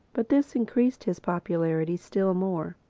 but this increased his popularity still more.